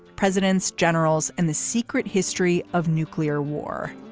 presidents, generals and the secret history of nuclear war.